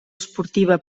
esportiva